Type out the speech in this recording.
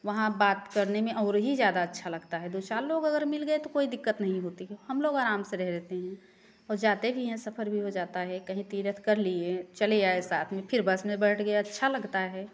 वहाँ बात करने में और ही ज्यादा अच्छा लगता है दो चार लोग अगर मिल गए तो कोई दिक्कत नहीं होती है हम लोग आराम से रह लेते हैं और जाते भी हैं सफर भी हो जाता है कहीं तीरथ कर लिएँ चले आए साथ में फिर बस में बैठ गए अच्छा लगता है